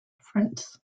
friends